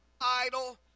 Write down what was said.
idle